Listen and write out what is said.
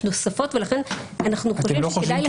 נוספות ולכן אנחנו חושבים שכדאי לחדד את זה.